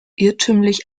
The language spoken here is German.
irrtümlich